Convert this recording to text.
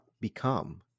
become